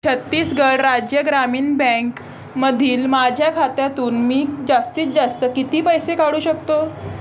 छत्तीसगढ राज्य ग्रामीण बँकमधील माझ्या खात्यातून मी जास्तीत जास्त किती पैसे काढू शकतो